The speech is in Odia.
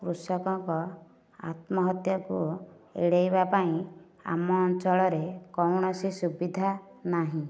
କୃଷକଙ୍କ ଆତ୍ମହତ୍ୟାକୁ ଏଡ଼େଇବା ପାଇଁ ଆମ ଅଞ୍ଚଳରେ କୌଣସି ସୁବିଧା ନାହିଁ